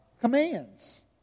commands